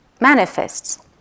manifests